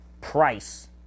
price